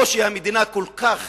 או שהמדינה כל כך